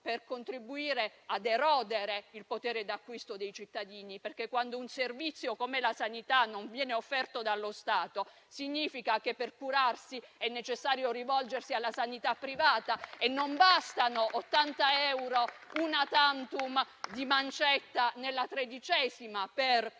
per contribuire ad erodere il potere d'acquisto dei cittadini. Quando un servizio come la sanità non viene offerto dallo Stato, significa che per curarsi è necessario rivolgersi alla sanità privata e non bastano 80 euro *una tantum* di mancetta nella tredicesima per compensare